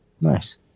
Nice